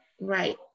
right